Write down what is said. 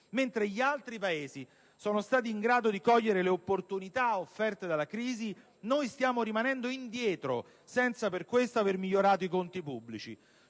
Mentre gli altri Paesi sono stati in grado di cogliere le opportunità offerte dalla crisi, noi stiamo rimanendo indietro, senza per questo aver migliorato i conti pubblici.